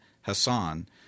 Hassan